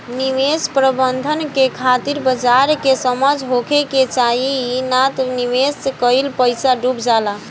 निवेश प्रबंधन के खातिर बाजार के समझ होखे के चाही नात निवेश कईल पईसा डुब जाला